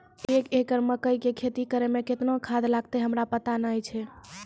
एक एकरऽ मकई के खेती करै मे केतना खाद लागतै हमरा पता नैय छै?